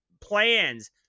plans